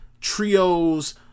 trios